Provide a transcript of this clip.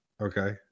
okay